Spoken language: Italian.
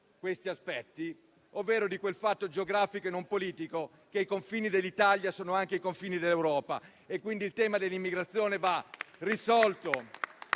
questi aspetti, ovvero quel fatto geografico e non politico che i confini dell'Italia sono anche i confini dell'Europa. Il tema dell'immigrazione va quindi